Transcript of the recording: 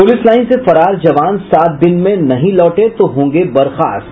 police line से फरार जवान सात दिन में नहीं लौटे तो होंगे बर्खास्त